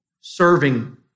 serving